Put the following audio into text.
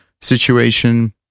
situation